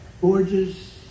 gorgeous